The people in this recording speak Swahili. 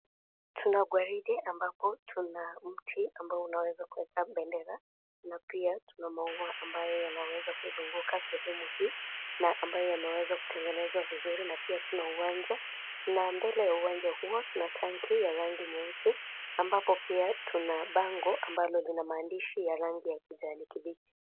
Tuna gwaride ambapo tuna mti ambao unaweza weka bendera na pia tuna maua ambayo yanaweza kuzunguka sehemu hii na ambayo yameweza kutengenezwa vizuri na pia tuna uwanja na mbele ya uwanja hiyo tuna tenki ya rangi nyeusi ambapo pia tuna bango ambalo lina maandishi ya kijani kibichi .